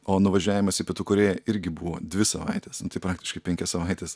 o nuvažiavimas į pietų korėją irgi buvo dvi savaitės praktiškai penkias savaites